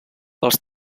els